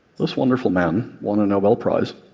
this wonderful man won a nobel prize,